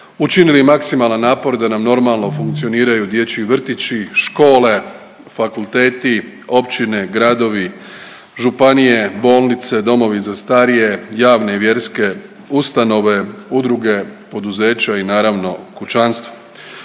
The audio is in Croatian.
učinili maksimalan napor da nam normalno funkcioniraju dječji vrtići, škole, fakulteti, općine, gradovi, županije, bolnice, domovi za starije, javne i vjerske ustanove, udruge, poduzeća i naravno kućanstva.